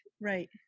Right